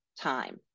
time